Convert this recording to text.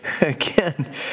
again